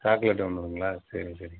chocolate ஒன்றுங்களா சரி சரி